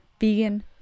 vegan